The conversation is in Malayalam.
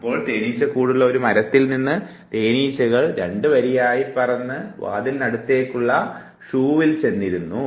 അപ്പോൾ തെനീച്ചക്കൂടുള്ള ഒരു മരത്തിൽ നിന്ന് തേനീച്ചകൾ രണ്ടു വരിയായി പറന്ന് വാതിലിനകത്തുള്ള ഷൂവിൽ ചെന്നിരുന്നു